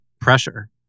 pressure